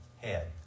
head